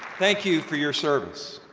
thank you for your service.